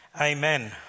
Amen